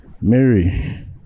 Mary